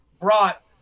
brought